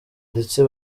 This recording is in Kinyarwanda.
ndetse